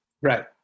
Right